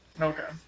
Okay